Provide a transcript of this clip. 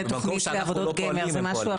מגוון של תשובות שמדעי הרוח יכולים לתת לו.